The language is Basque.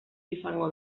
izango